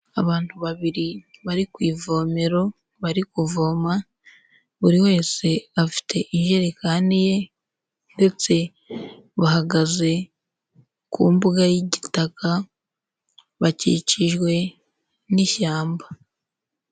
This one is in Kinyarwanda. Abantu babiri bari ku ivomero, bari kuvoma, buri wese afite ijerekani ye ndetse bahagaze ku mbuga y'igitaka bakikijwe n'ishyamba.